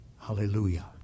Hallelujah